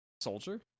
Soldier